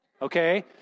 Okay